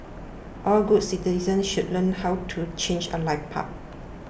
all good citizens should learn how to change a light bulb